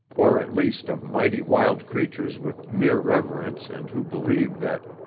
or at least of mighty wild creatures with near reverence and who believed that,